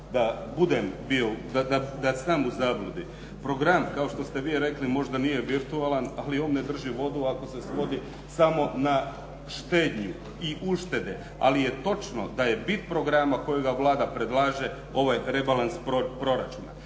da sam u zabludi. Program kao što ste vi rekli možda nije virtualan, ali on ne drži vodu ako se svodi samo na štednju i uštede. Ali je točno da je bit programa kojega Vlada predlaže ovaj rebalans proračuna.